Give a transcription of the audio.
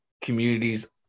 communities